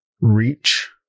reach